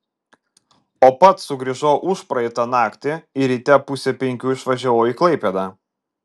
o pats sugrįžau užpraeitą naktį ir ryte pusę penkių išvažiavau į klaipėdą